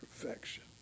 perfection